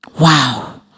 Wow